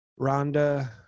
Rhonda